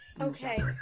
Okay